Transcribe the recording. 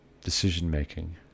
decision-making